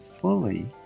fully